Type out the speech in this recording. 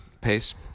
pace